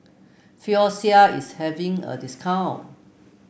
Floxia is having a discount